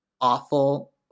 awful